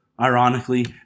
ironically